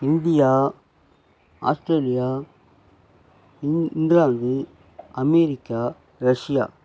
India Australia England America Russia